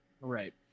Right